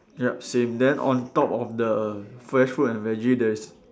yup same then on top of the fresh food and veggie there is